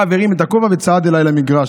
הרב הרים את הכובע וצעד אליי למגרש.